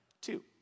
Two